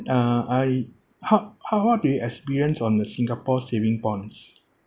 uh I how how what do you experience on the singapore saving bonds